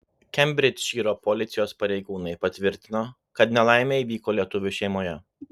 kembridžšyro policijos pareigūnai patvirtino kad nelaimė įvyko lietuvių šeimoje